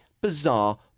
bizarre